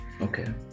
Okay